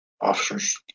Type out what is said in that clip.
officers